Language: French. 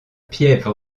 piève